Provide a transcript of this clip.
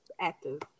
active